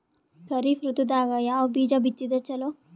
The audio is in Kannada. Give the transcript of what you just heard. ಖರೀಫ್ ಋತದಾಗ ಯಾವ ಬೀಜ ಬಿತ್ತದರ ಚಲೋ?